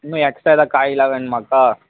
இன்னும் எஸ்க்ட்ரா எதாவது காயெலாம் வேணுமாக்கா